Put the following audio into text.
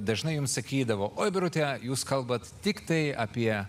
dažnai jums sakydavo oi birute jūs kalbat tiktai apie